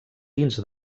dins